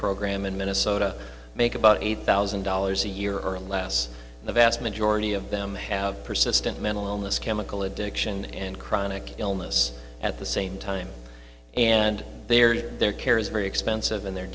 program in minnesota make about eight thousand dollars a year and less the vast majority of them have persistent mental illness chemical addiction and chronic illness at the same time and they are there care is very expensive and they're